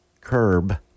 curb